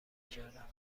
کردم